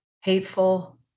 hateful